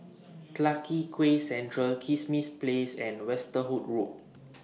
Clarke Quay Central Kismis Place and Westerhout Road